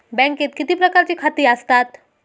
बँकेत किती प्रकारची खाती आसतात?